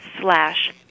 slash